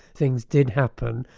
things did happen,